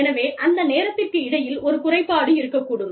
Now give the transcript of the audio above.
எனவே அந்த நேரத்திற்கு இடையில் ஒரு குறைபாடு இருக்கக்கூடும்